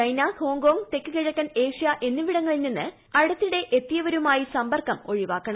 China Hong Kong തെക്ക് കിഴക്കൻ ഏഷ്യയിൽ നിന്നും അടുത്തിടെ എത്തിയവരുമായി സമ്പർക്കം ഒഴിവാക്കണം